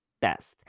best